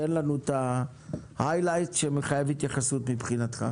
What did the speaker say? תן לנו את עיקרי הדברים שמחייבים התייחסות מבחינתך.